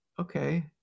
okay